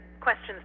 questions